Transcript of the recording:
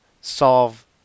solve